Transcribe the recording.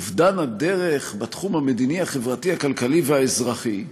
אובדן הדרך בתחום המדיני, החברתי, הכלכלי והאזרחי,